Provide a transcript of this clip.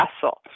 Castle